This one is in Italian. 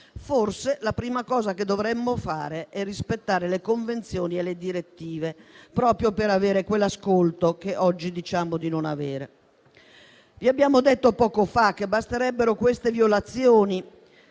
forse la prima cosa che dovremmo fare è rispettare le convenzioni e le direttive, proprio per avere quell'ascolto che oggi diciamo di non avere. Vi abbiamo detto poco fa che basterebbero queste violazioni,